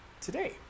Today